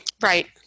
Right